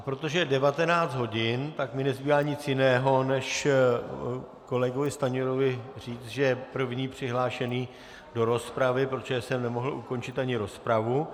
Protože je 19 hodin, tak mi nezbývá nic jiného než kolegovi Stanjurovi říct, že je první přihlášený do rozpravy, protože jsem nemohl ukončit ani rozpravu.